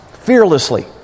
fearlessly